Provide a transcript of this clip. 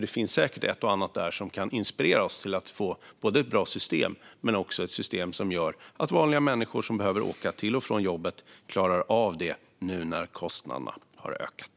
Det finns säkert ett och annat där som kan inspirera oss till att få till både ett bra system och ett system som gör att vanliga människor som behöver åka till och från jobbet klarar av det nu när kostnaderna har ökat.